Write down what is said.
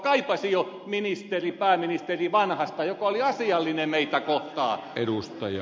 kaipasin jo pääministeri vanhasta joka oli asiallinen meitä kohtaan